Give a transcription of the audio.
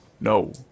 No